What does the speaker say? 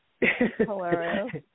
Hilarious